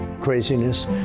craziness